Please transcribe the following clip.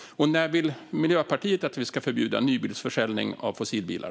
Och när vill Miljöpartiet att vi ska förbjuda nybilsförsäljning av fossilbilar?